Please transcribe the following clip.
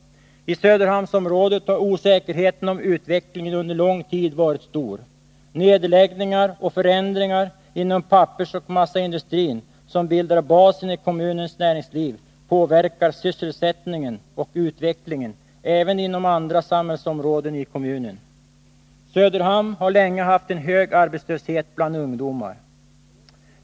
I Söderhamnsområdet har osäkerheten om utvecklingen under lång tid varit stor. Nedläggningar och förändringar inom pappersoch massaindustrin, som bildar basen i kommunens näringsliv, påverkar sysselsättningen och utvecklingen även inom andra samhällsområden i kommunen. Söderhamn har länge haft en hög arbetslöshet bland ungdomar.